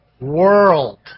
world